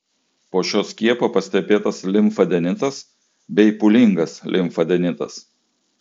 po šio skiepo pastebėtas limfadenitas bei pūlingas limfadenitas